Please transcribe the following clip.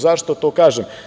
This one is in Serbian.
Zašto to kažem?